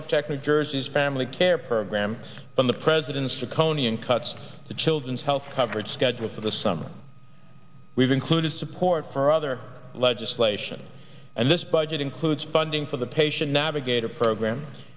protect new jersey's family care programs from the president's to coney and cuts to children's health coverage scheduled for the summer we've included support for other legislation and this budget includes funding for the patient navigator programs